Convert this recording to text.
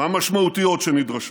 והמשמעותיות שנדרשות.